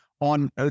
on